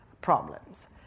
problems